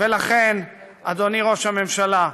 ולכן, אדוני ראש הממשלה,